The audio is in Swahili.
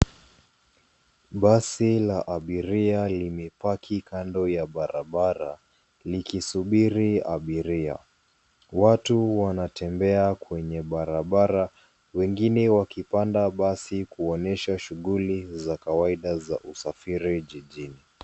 Basi la abiria limepaki kando ya barabara likisuburi abiria. Watu wanatembea kwenye barabara wengine wakipanda basi kuonyesha shughuli za kawaida za usafiri jijini.